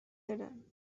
hidden